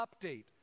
update